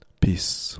Peace